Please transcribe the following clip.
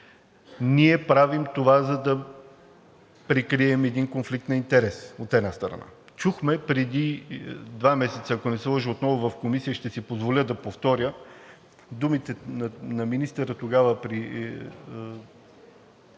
Ние правим това, за да прикрием един конфликт на интереси, от една страна. Чухме преди два месеца, ако не се лъжа, отново в Комисията и ще си позволя да повторя думите на министъра тогава при